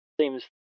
Seems